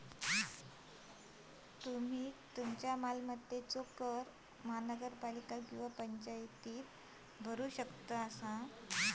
तुम्ही तुमचो मालमत्ता कर महानगरपालिका किंवा पंचायतीमध्ये भरू शकतास